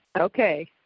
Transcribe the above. Okay